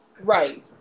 right